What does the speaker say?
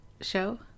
show